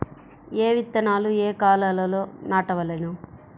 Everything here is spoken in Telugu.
ఏ విత్తనాలు ఏ కాలాలలో నాటవలెను?